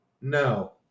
No